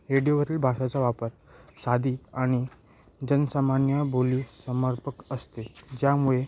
रेडिओवरील भाषेचा वापर साधी आणि जनसामान्य बोली समर्पक असते ज्यामुळे